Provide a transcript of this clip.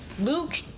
Luke